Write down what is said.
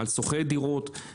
להקל על שוכרי דירות.